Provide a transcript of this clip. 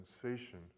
sensation